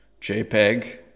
JPEG